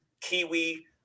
Kiwi